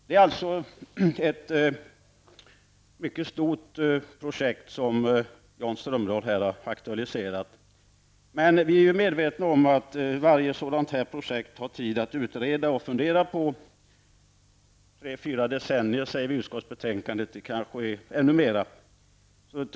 Det är alltså ett mycket stort projekt Jan Strömdahl här har aktualiserat, men vi är medvetna om att varje sådant projekt tar tid att utreda och fundera på -- tre--fyra decennier, säger vi i utskottsbetänkandet, men kanske blir det fråga om ännu längre tid.